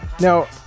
Now